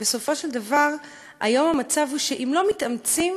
ובסופו של דבר היום המצב הוא שאם לא מתאמצים,